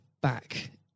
back